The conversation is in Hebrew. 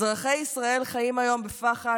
אזרחי ישראל חיים היום בפחד,